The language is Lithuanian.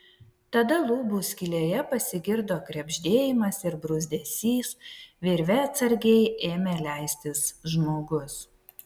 tada lubų skylėje pasigirdo krebždėjimas ir bruzdesys virve atsargiai ėmė leistis žmogus